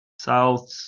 South